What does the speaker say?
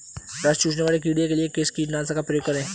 रस चूसने वाले कीड़े के लिए किस कीटनाशक का प्रयोग करें?